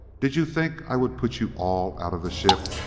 did you think i would put you all out of the ship?